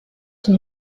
une